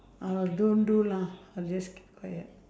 I'll don't do lah I'll just keep quiet